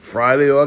Friday